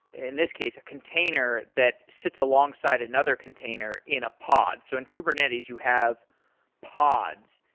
in this case, a container that sits alongside another container in a pod. so in kubernetes, you have pods,